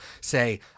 say